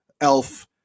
elf